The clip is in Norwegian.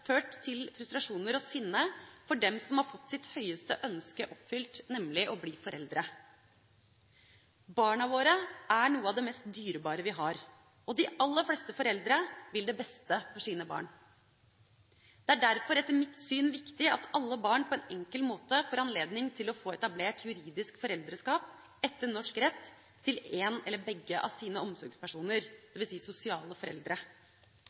ført til frustrasjon og sinne hos dem som har fått sitt høyeste ønske oppfylt, nemlig å bli foreldre. Barna våre er noe av det mest dyrebare vi har, og de aller fleste foreldre vil det beste for sine barn. Det er derfor etter mitt syn viktig at alle barn på en enkel måte får anledning til å få etablert juridisk foreldreskap etter norsk rett til en eller begge av sine omsorgspersoner, dvs. sosiale foreldre.